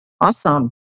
Awesome